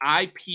IP